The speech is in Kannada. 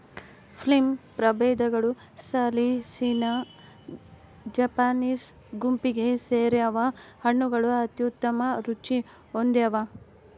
ಪ್ಲಮ್ ಪ್ರಭೇದಗಳು ಸಾಲಿಸಿನಾ ಜಪಾನೀಸ್ ಗುಂಪಿಗೆ ಸೇರ್ಯಾವ ಹಣ್ಣುಗಳು ಅತ್ಯುತ್ತಮ ರುಚಿ ಹೊಂದ್ಯಾವ